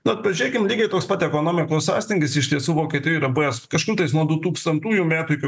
na pažiūrėkim lygiai toks pat ekonomikos sąstingis iš tiesų vokietijoj yra buvęs kažkur tais nuo du tūkstantųjų metų iki